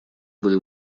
были